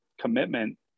commitment